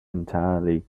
entirely